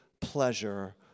pleasure